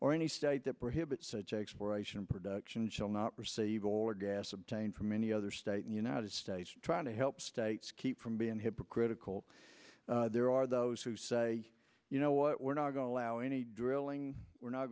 or any state that prohibits such exploration and production shall not receive or gas obtained from any other state and united states trying to help states keep from being hypocritical there are those who say you know what we're not going to allow any drilling we're not